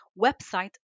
website